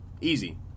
Easy